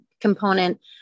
component